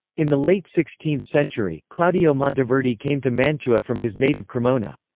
in the late sixteenth century, claudio monteverdi came to mantua from his native cremona.